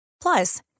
plus